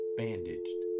bandaged